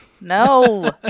no